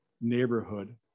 neighborhood